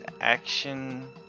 action